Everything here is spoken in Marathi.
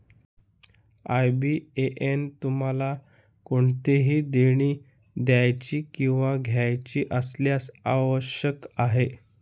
आय.बी.ए.एन तुम्हाला कोणतेही देणी द्यायची किंवा घ्यायची असल्यास आवश्यक आहे